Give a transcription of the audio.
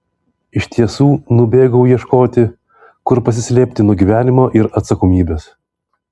iš tiesų nubėgau ieškoti kur pasislėpti nuo gyvenimo ir atsakomybės